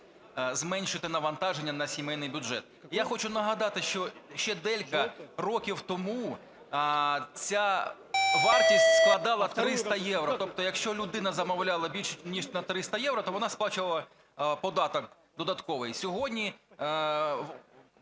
зменшити навантаження на сімейний бюджет. Я хочу нагадати, що ще декілька років тому ця вартість складала 300 євро. Тобто якщо людина замовляла більш ніж на 300 євро, то вона сплачувала податок додатковий. Сьогодні